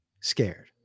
scared